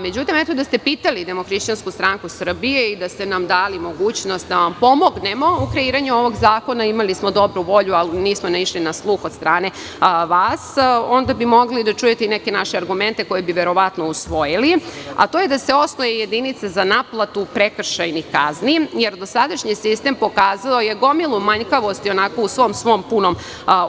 Međutim, da ste pisali DHSS i da ste nam dali mogućnost da vam pomognemo u kreiranju ovog zakona, imali smo dobru volju, ali nismo naišli na sluh od strane vas, onda bi mogli da čujete i neke naše argumente koje bi verovatno usvojili, a to je da se osnuje jedinica za naplatu prekršajnih kazni, jer dosadašnji sistem pokazuje gomilu manjkavosti u svom svom punom